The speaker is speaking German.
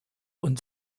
und